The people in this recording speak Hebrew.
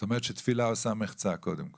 זאת אומרת שתפילה עושה מחיצה קודם כל.